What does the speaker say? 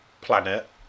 planet